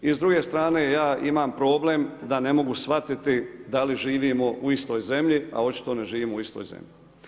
S druge strane ja imam problem da ne mogu shvatiti da li živimo u istoj zemlji, a očito ne živimo u istoj zemlji.